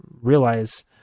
realize